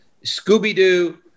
Scooby-Doo